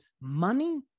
money